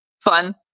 fun